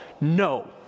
No